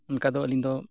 ᱚᱱᱠᱟ ᱫᱚ ᱟᱹᱞᱤᱧ ᱫᱚ